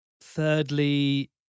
Thirdly